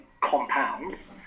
compounds